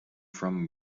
from